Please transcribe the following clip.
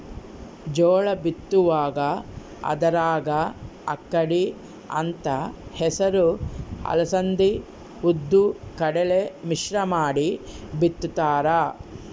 ಜೋಳ ಬಿತ್ತುವಾಗ ಅದರಾಗ ಅಕ್ಕಡಿ ಅಂತ ಹೆಸರು ಅಲಸಂದಿ ಉದ್ದು ಕಡಲೆ ಮಿಶ್ರ ಮಾಡಿ ಬಿತ್ತುತ್ತಾರ